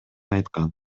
айткан